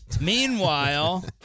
Meanwhile